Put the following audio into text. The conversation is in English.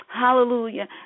Hallelujah